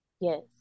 Yes